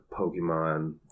Pokemon